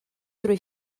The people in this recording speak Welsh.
drwy